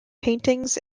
paintings